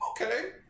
okay